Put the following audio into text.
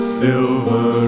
silver